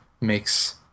makes